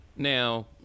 now